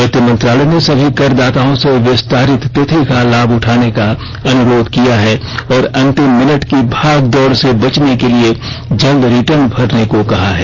वित्त मंत्रालय ने सभी करदाताओं से विस्तारित तिथि का लाभ उठाने का अनुरोध किया है और अंतिम मिनट की भाग दौड़ से बचने के लिये जल्द रिटर्न भरने को कहा है